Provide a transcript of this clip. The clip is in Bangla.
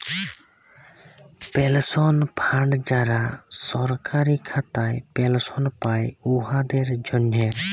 পেলশল ফাল্ড যারা সরকারি খাতায় পেলশল পায়, উয়াদের জ্যনহে